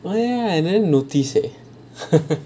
oh ya I never notice eh